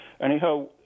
anyhow